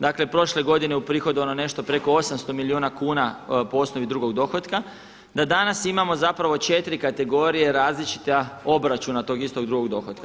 Dakle, prošle godine uprihodovano je nešto preko 800 milijuna kuna po osnovi drugog dohotka, da danas imamo zapravo 4 kategorije različita obračuna tog istog drugog dohotka.